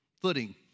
footing